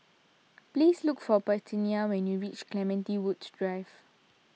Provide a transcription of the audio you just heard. please look for Parthenia when you reach Clementi Woods Drive